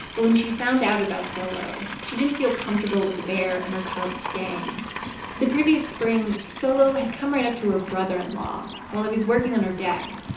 but when she found out about solo, she didn't feel comfortable with the bear and her cubs staying the previous spring, solo had come right up to her brother-in-law while he was working on her deck,